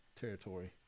territory